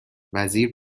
وزیر